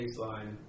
baseline